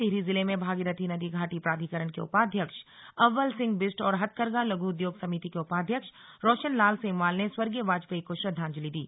टिहरी जिले में भागीरथी नदी घाटी प्राधिकरण के उपाध्यक्ष अव्वल सिंह बिष्ट और हथकरघा लघु उद्योग समिति के उपाध्यक्ष रोशन लाल सेमवाल ने स्वर्गीय वाजपेयी को श्रद्वांजलि दी